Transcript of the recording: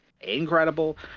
incredible